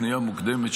פניה מוקדמת),